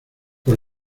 por